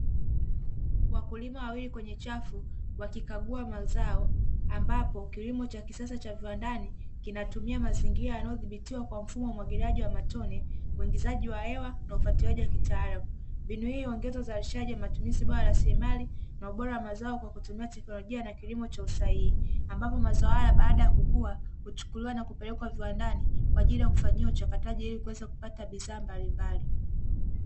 Wakulima wawili kwenye chafu wakikagua mazao ambapo kilimo cha kisasa cha viwandani kinatumia mazingira yanayodhibitiwa kwa mfumo wa umwagiliaji wa matone, huingizaji wa hewa na ufuatiliaji wa kitaalamu, mbinu hii ongeza uzalishaji wa matumizi bora raslimali na ubora wa mazao kwa kutumia teknolojia na kilimo cha usahihi, ambapo mazoea baada ya kukuwa huchukuliwa na kupelekwa viwandani, kwa ajili ya kufanyiwa uchakato ili kuweza kupata bidhaa mbalimbali.